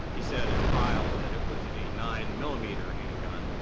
he said at trial that it was a nine millimeter handgun,